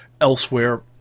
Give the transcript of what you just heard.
elsewhere